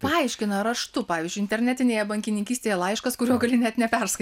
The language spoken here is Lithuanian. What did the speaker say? paaiškina raštu pavyzdžiui internetinėje bankininkystėje laiškas kuriuo gali net neperskaityt